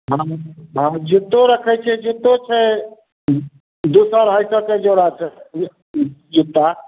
केना जुत्तो रखै छियै जुत्तो छै दू सए अढ़ाइ सएके जोड़ा छै जुत्ता